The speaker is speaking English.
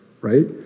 right